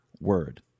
word